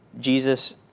Jesus